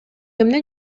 эмне